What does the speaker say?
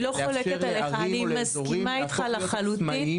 אני לא חולקת עליך, אני מסכימה איתך לחלוטין.